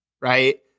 right